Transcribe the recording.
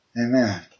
Amen